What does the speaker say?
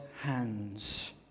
hands